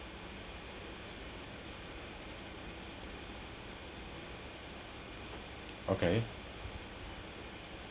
okay